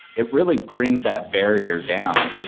it really brings that barrier down.